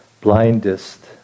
blindest